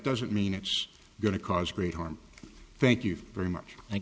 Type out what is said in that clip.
doesn't mean it's going to cause great harm thank you very much